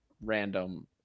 random